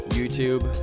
YouTube